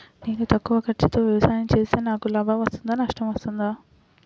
నేను తక్కువ ఖర్చుతో వ్యవసాయం చేస్తే నాకు లాభం వస్తుందా నష్టం వస్తుందా?